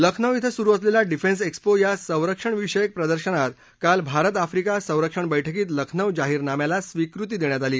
लखनौ इथं सुरु असलेल्या डिफेन्स एकस्पो या संरक्षण विषयक प्रदर्शनात काल भारत आफ्रिका संरक्षण बैठकीत लखनौ जाहीरनाम्याला स्वीकृती देण्यात आली